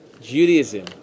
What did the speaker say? Judaism